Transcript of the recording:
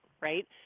right